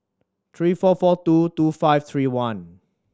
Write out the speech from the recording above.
three four four two two five three one